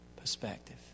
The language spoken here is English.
perspective